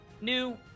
new